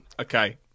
Okay